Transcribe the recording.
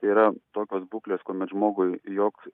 tai yra tokios būklės kuomet žmogui joks